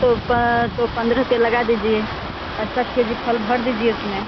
तो तो पन्द्रह रुपये लगा दीजिए पाँच पाँच के जी फल भर दीजिए इसमें